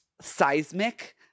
seismic